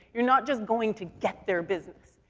you're not just going to get their business.